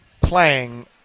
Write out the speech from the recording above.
playing